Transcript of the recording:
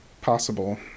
possible